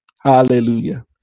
hallelujah